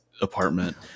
apartment